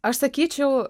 aš sakyčiau